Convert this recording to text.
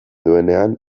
duenean